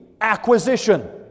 acquisition